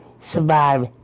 survive